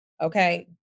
okay